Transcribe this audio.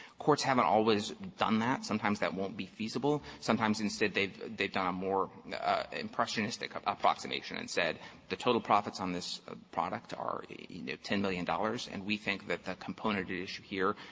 courts haven't always done that. sometimes that won't be feasible. sometimes instead they've they've done a more impressionistic approximation and said the total profits on this product are you know ten million dollars, and we think that the component at issue here,